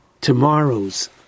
tomorrow's